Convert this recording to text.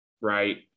right